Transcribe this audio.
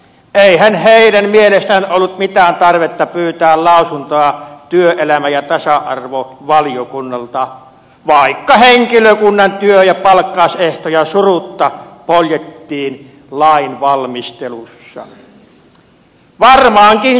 eihän heidän mielestään ollut mitään tarvetta pyytää lausuntoa työelämä ja tasa arvovaliokunnalta vaikka henkilökunnan työ ja palkkausehtoja surutta poljettiin lain valmistelussa